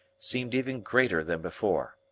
seemed even greater than before.